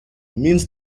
means